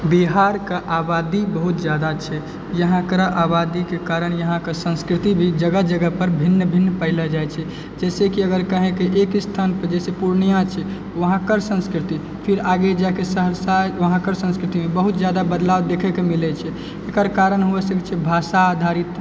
बिहारके आबादी बहुत ज्यादा छै यहाँ कर आबादीके कारण यहाँके संस्कृति भी जगह जगहपर भिन्न भिन्न पाइलऽ जाइ छै जइसेकि अगर कहै कि एक स्थानपर जे छै पूर्णिया छै वहाँकर संस्कृति फिर आगे जाके सहरसा वहाँकर संस्कृतिमे बहुत ज्यादा बदलाव देखैके मिलै छै एकर कारण हुअऽ सकै छै भाषा आधारित